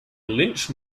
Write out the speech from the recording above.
lynch